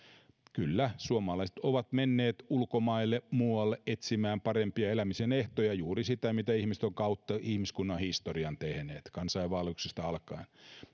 kyllä suomalaiset ovat menneet muualle ulkomaille etsimään parempia elämisen ehtoja tehneet juuri sitä mitä ihmiset ovat kautta ihmiskunnan historian tehneet kansainvaelluksesta alkaen